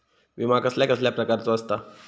विमा कसल्या कसल्या प्रकारचो असता?